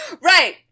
Right